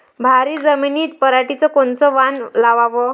भारी जमिनीत पराटीचं कोनचं वान लावाव?